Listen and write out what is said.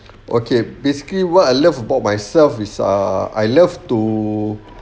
okay basically what I love about myself is ah I love to